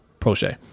Proche